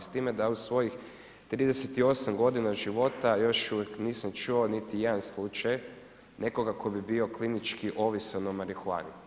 S time da u svojih 38 g. života još uvijek nisam čuo niti jedan slučaj nekoga tko bi bio klinički ovisan o marihuani.